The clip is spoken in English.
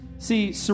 See